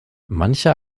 mancher